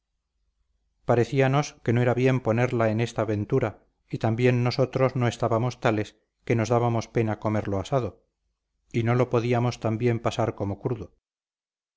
parecíanos que no era bien ponerla en esta ventura y también nosotros no estábamos tales que nos dábamos pena comerlo asado y no lo podíamos tan bien pasar como crudo